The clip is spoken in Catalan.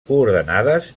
coordenades